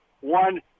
One